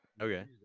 okay